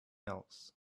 else